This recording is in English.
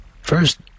First